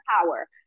power